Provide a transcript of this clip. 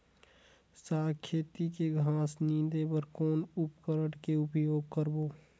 साग खेती के घास निंदे बर कौन उपकरण के उपयोग करबो?